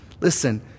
listen